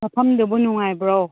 ꯃꯐꯝꯗꯨꯕꯨ ꯅꯨꯡꯉꯥꯏꯕ꯭ꯔꯣ